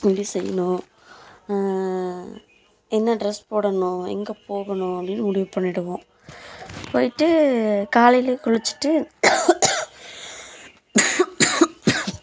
எப்படி செய்யணும் என்ன ட்ரெஸ் போடணும் எங்கே போகணும் அப்படின்னு முடிவு பண்ணிவிடுவோம் போயிட்டு காலையில் குளித்துட்டு